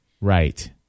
right